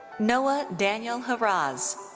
noah daniel harasz.